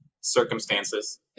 circumstances